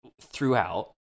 throughout